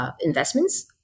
Investments